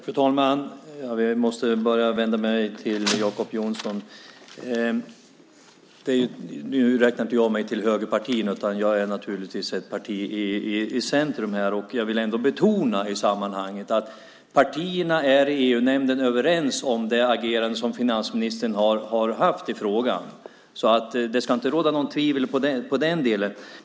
Fru talman! Jag börjar med att vända mig till Jacob Johnson. Nu räknar inte jag mig som representant för högerpartierna. Jag representerar ett parti i centrum. Jag vill ändå i sammanhanget betona att partierna är överens i EU-nämnden om det agerande som finansministern har haft i frågan. Det ska inte råda något tvivel i den delen.